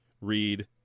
read